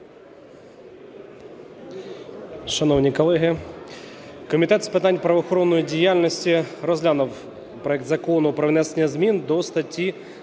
Шановні колеги! Комітет з питань правоохоронної діяльності розглянув проект Закону про внесення змін до статті